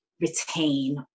retain